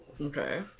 Okay